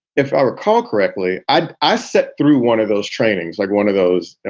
if i recall correctly, i i set through one of those trainings, like one of those,